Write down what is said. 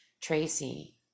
Tracy